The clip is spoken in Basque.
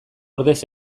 ordez